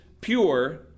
pure